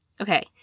Okay